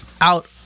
out